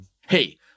Hey